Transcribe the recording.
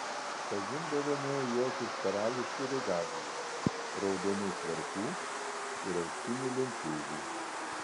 pažindavome juos iš karališkų regalijų raudonų švarkų ir auksinių lenciūgų